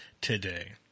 today